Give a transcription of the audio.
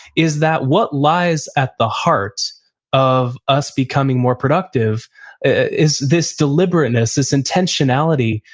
is that what lies at the heart of us becoming more productive is this deliberateness, this intentionality,